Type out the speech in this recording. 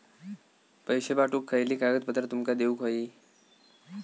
पैशे पाठवुक खयली कागदपत्रा तुमका देऊक व्हयी?